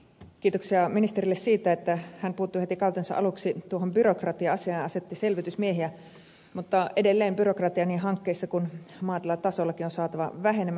kiitoksia ministerille siitä että hän puuttui heti kautensa aluksi tuohon byrokratia asiaan ja asetti selvitysmiehiä mutta edelleen byrokratia niin hankkeissa kuin maatilatasollakin on saatava vähenemään